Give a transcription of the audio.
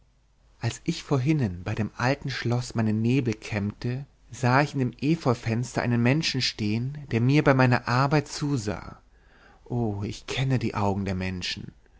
als ich vorhinnen bei dem alten schloß meine nebel kämmte sah ich in dem efeufenster einen menschen stehen der mir bei meiner arbeit zusah o ich kenne die augen der menschen